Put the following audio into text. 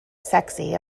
sexy